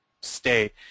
state